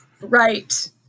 Right